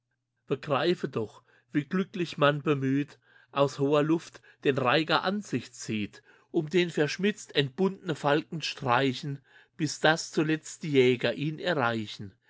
begreife doch wie glücklich man bemüht aus hoher luft den reiger an sich zieht um den verschmitzt entbundne falken streichen bis das zuletzt die jäger ihn erreichen